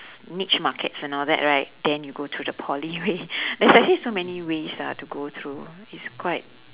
niche markets and all that right then you go to the poly way there's actually so many ways lah to go through it's quite